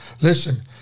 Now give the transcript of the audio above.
listen